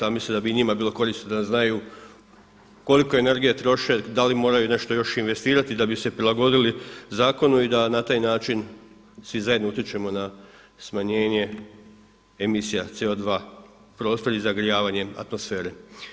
A mislim da bi i njima bilo korisno da znaju koliko energije troše, da li moraju nešto još investirati da bi se prilagodili zakonu i da na taj način svi zajedno utječemo na smanjenje emisija CO2, prostor i zagrijavanjem atmosfere.